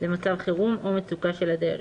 למצב חירום או מצוקה של דיירים,